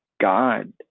God